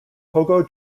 pogo